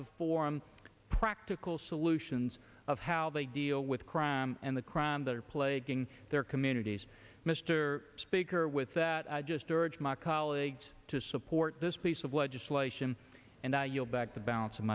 to form practical solutions of how they deal with crime and the crime that are plaguing their communities mr speaker with that i just urge my colleagues to support this piece of legislation and i yield back the balance